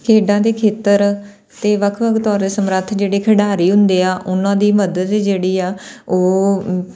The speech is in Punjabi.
ਖੇਡਾਂ ਦੇ ਖੇਤਰ ਅਤੇ ਵੱਖ ਵੱਖ ਦੌਰ ਦੇ ਸਮਰੱਥ ਜਿਹੜੇ ਖਿਡਾਰੀ ਹੁੰਦੇ ਆ ਉਹਨਾਂ ਦੀ ਮਦਦ ਜਿਹੜੀ ਆ ਉਹ